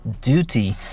duty